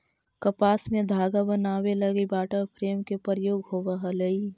कपास से धागा बनावे लगी वाटर फ्रेम के प्रयोग होवऽ हलई